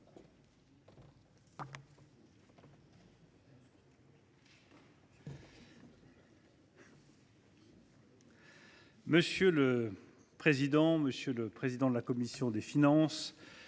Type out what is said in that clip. Monsieur le président, monsieur le président de la commission des finances,